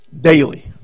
daily